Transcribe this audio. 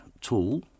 tool